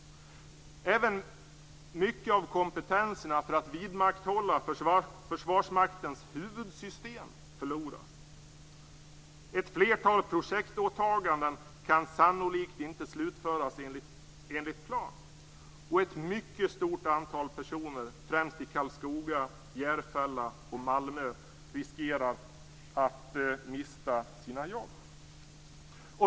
Även mycket av kompetensen att vidmakthålla Försvarsmaktens huvudsystem förloras. Ett flertal projektåtaganden kan sannolikt inte slutföras enligt plan. Ett mycket stort antal personer främst i Karlskoga, Järfälla och Malmö riskerar att mista sina jobb.